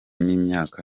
n’imyaka